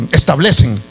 establecen